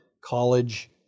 college